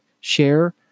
share